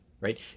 right